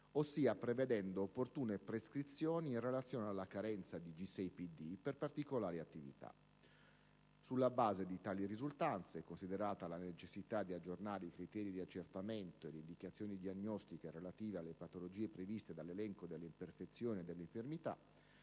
ossia prevedendo opportune prescrizioni in relazione alla carenza di G6PD, per particolari attività. Sulla base di tali risultanze, considerata la necessità di aggiornare i criteri di accertamento e le indicazioni diagnostiche relative alle patologie previste dall'elenco delle imperfezioni e delle infermità,